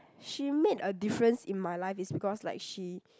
she made a difference in my life is because like she